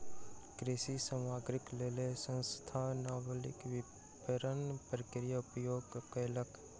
कृषि सामग्रीक लेल संस्थान नबका विपरण प्रक्रियाक उपयोग कयलक